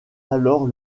alors